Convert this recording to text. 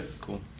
cool